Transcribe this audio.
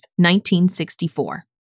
1964